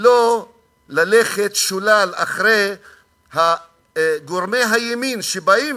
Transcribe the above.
לא ללכת שולל אחרי גורמי הימין שבאים